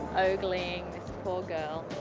ogling this poor girl.